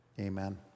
Amen